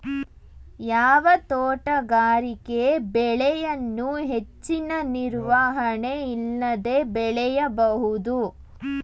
ಯಾವ ತೋಟಗಾರಿಕೆ ಬೆಳೆಯನ್ನು ಹೆಚ್ಚಿನ ನಿರ್ವಹಣೆ ಇಲ್ಲದೆ ಬೆಳೆಯಬಹುದು?